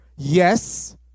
Yes